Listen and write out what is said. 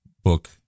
book